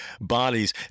bodies